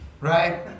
Right